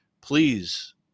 please